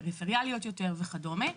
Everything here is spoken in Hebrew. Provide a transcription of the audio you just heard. פריפריאליות יותר וכדומה.